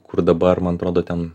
kur dabar man atrodo ten